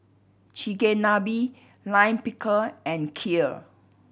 Chigenabe Lime Pickle and Kheer